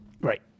Right